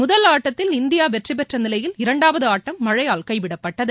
முதல் ஆட்டத்தில் இந்தியா வெற்றி பெற்ற நிலையில் இரண்டாவது ஆட்டம் மழழயால் கைவிடப்பட்டது